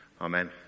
Amen